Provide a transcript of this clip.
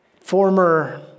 former